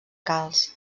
calç